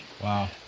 Wow